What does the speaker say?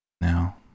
Now